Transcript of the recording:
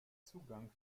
zugang